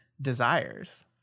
desires